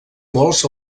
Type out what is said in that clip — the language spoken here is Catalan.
molts